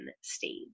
stage